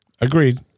Agreed